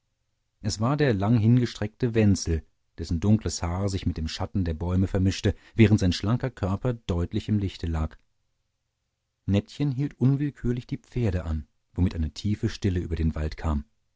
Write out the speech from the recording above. es war der langhingestreckte wenzel dessen dunkles haar sich mit dem schatten der bäume vermischte während sein schlanker körper deutlich im lichte lag nettchen hielt unwillkürlich die pferde an womit eine tiefe stille über den wald kam